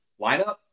lineup